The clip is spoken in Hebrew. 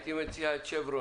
תמיד.